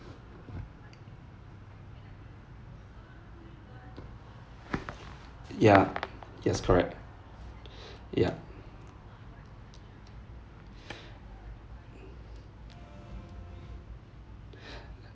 ya yes correct ya